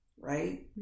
Right